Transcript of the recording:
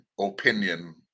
opinion